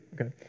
Okay